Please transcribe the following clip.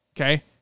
okay